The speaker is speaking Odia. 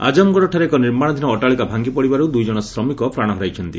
ଆଜମଗଡ଼ଠାରେ ଏକ ନିର୍ମାଣାଧୀନ ଅଟ୍ଟାଳିକା ଭାଙ୍ଗିପଡ଼ିବାରୁ ଦୁଇଜଣ ଶ୍ରମିକ ପ୍ରାଣ ହରାଇଛନ୍ତି